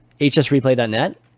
hsreplay.net